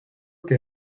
que